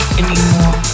anymore